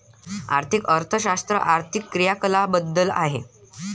आर्थिक अर्थशास्त्र आर्थिक क्रियाकलापांबद्दल आहे